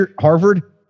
Harvard